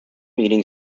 meeting